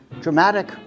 Dramatic